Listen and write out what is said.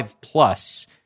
Plus